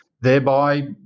thereby